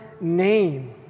name